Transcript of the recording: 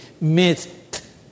myth